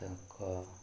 ତାଙ୍କ